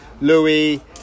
Louis